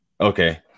Okay